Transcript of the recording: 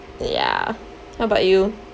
ya what about you